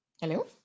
Hello